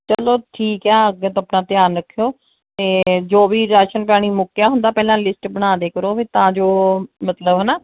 ਚਲੋ ਠੀਕ ਹੈ ਅੱਗੇ ਤੋਂ ਆਪਣਾ ਧਿਆਨ ਰੱਖਿਓ ਅਤੇ ਜੋ ਵੀ ਰਾਸ਼ਨ ਪਾਣੀ ਮੁੱਕਿਆ ਹੁੰਦਾ ਪਹਿਲਾਂ ਲਿਸਟ ਬਣਾ ਦਿਆ ਕਰੋ ਵੀ ਤਾਂ ਜੋ ਮਤਲਬ ਹੈ ਨਾ